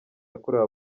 yakorewe